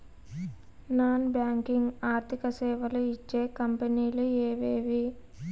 Non banking ఆర్థిక సేవలు ఇచ్చే కంపెని లు ఎవేవి?